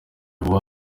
vuba